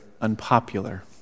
unpopular